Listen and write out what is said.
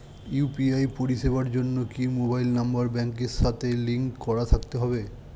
UPI পরিষেবার জন্য কি মোবাইল নাম্বার ব্যাংকের সাথে লিংক করা থাকতে হবে?